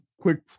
quick